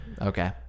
Okay